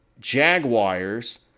Jaguars